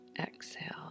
exhale